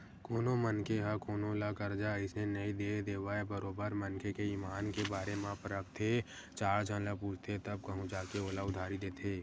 कोनो मनखे ह कोनो ल करजा अइसने नइ दे देवय बरोबर मनखे के ईमान के बारे म परखथे चार झन ल पूछथे तब कहूँ जा के ओला उधारी देथे